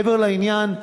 מעבר לעניין,